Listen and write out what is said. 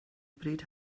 bryd